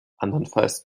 andernfalls